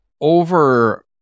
over